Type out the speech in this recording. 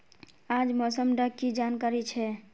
आज मौसम डा की जानकारी छै?